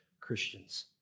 Christians